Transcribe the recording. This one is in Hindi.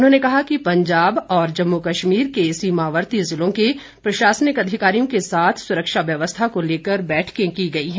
उन्होंने कहा कि पंजाब और जम्मू कश्मीर के सीमावर्ती ज़िलों के प्रशासनिक अधिकारियों के साथ सुरक्षा व्यवस्था को लेकर बैठकें की गई हैं